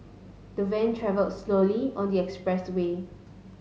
the van travel slowly on the express way